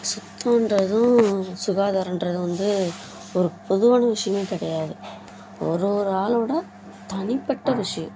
சுத்தன்றதும் சுகாதாரன்றதும் வந்து ஒரு பொதுவான விஷயமே கிடையாது ஒரு ஒரு ஆளோட தனிப்பட்ட விஷயம்